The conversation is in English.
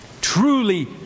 Truly